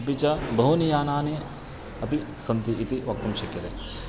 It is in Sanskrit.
अपि च बहूनि यानानि अपि सन्ति इति वक्तुं शक्यते